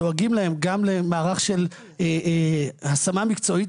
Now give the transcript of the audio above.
ודואגים להם גם למערך של השמה מקצועית.